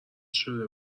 شده